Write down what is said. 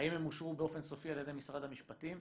האם הם אושרו באופן סופי על ידי משרד המשפטים,